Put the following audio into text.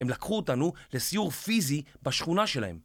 הם לקחו אותנו לסיור פיזי בשכונה שלהם.